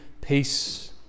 peace